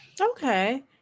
Okay